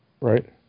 right